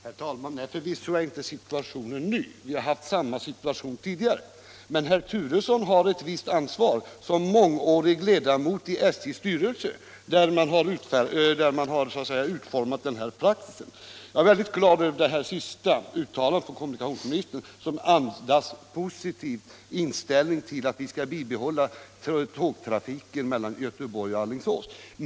Herr talman! Förvisso är situationen inte ny — vi har haft samma situation tidigare. Men herr Turesson har ett visst ansvar som ledamot sedan många år i SJ:s styrelse, som utformat denna praxis. Jag gladde mig över kommunikationsministerns allra sista uttalande, som andas en positiv inställning till att vi skall bibehålla tågtrafiken mellan Göteborg och Alingsås.